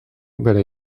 bere